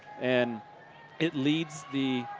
and it leads the